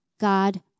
God